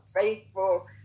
faithful